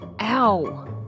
Ow